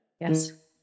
Yes